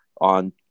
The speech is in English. on